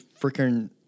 freaking